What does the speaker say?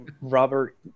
Robert